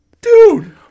dude